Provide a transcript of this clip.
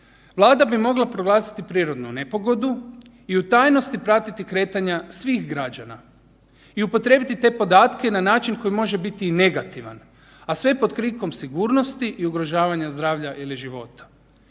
Vlada bi mogla proglasiti prirodnu nepogodu i u tajnosti pratiti kretanja svih građana i upotrijebiti te podatke na način koji može biti i negativan, a sve pod krinkom sigurnosti i ugrožavanja zdravlja ili života.